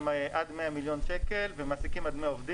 עד 100 מיליון שקל והם מעסיקים עד 100 עובדים.